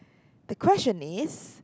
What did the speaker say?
the question is